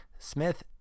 smith